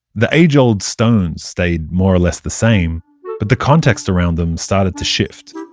the age-old stones stayed more or less the same, but the context around them started to shift.